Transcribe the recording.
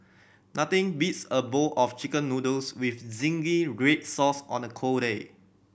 nothing beats a bowl of Chicken Noodles with zingy red sauce on a cold day